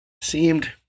seemed